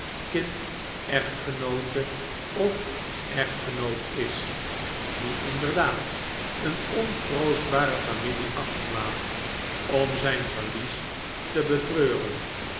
kind echtgenoote of echtgenoot is die inderdaad een ontroostbare familie achterlaat om zijn verlies te betreuren